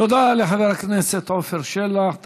תודה לחבר הכנסת עפר שלח.